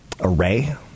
array